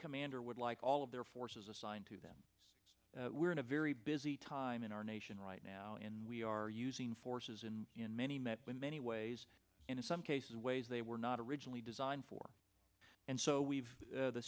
commander would like all of their forces assigned to them we're in a very busy time in our nation right now and we are using forces in many met with many ways and in some cases ways they were not originally designed for and so we've